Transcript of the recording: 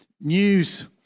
news